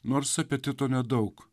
nors apetito nedaug